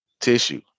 tissue